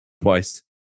Twice